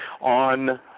on